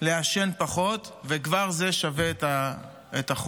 לעשן פחות, וכבר זה שווה את החוק.